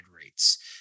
rates